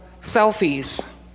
selfies